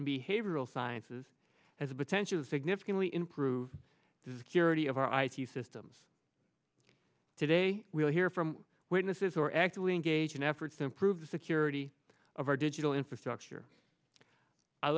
and behavioral sciences as a potential significantly improve the security of our i c systems today we'll hear from witnesses or actively engage in efforts to improve the security of our digital infrastructure i